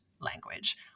language